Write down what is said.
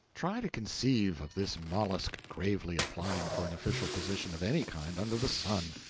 try to conceive of this mollusk gravely applying for an official position, of any kind under the sun!